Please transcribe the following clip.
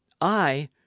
I